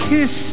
Kiss